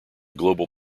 global